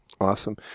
Awesome